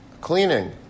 cleaning